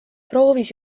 proovis